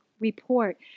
report